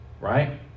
right